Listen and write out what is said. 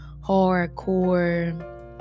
hardcore